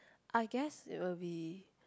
I guess it will be